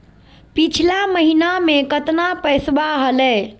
पिछला महीना मे कतना पैसवा हलय?